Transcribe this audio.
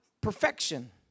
Perfection